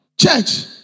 church